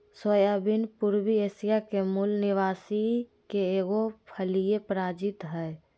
soybean पूर्वी Asia के मूल निवासी के एगो फलिय प्रजाति हइ